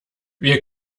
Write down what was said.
wir